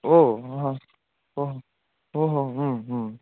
ఓ అహ ఒ ఓహో